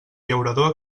llaurador